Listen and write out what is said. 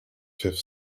fifth